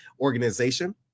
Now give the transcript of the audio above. organization